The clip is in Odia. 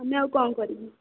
ଆମେ ଆଉ କ'ଣ କରିବୁ